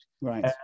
Right